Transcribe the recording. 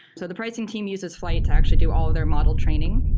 so the pricing team uses flyte to actually do all of their model training.